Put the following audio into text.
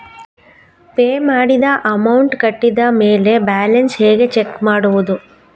Pay ಮಾಡಿದ amount ಕಟ್ಟಿದ ಮೇಲೆ ಬ್ಯಾಲೆನ್ಸ್ ಹೇಗೆ ಚೆಕ್ ಮಾಡುವುದು?